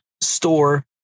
store